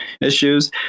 issues